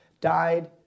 died